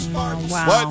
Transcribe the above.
Wow